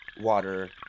water